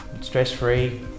stress-free